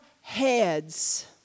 heads